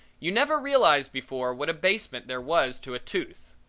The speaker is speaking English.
you never realized before what a basement there was to tooth.